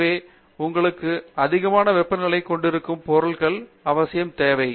எனவே உங்களுக்கு அதிகமான வெப்பநிலைகளைக் கொண்டிருக்கும் பொருட்களுக்கு அவசியம் தேவை